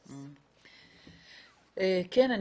כן,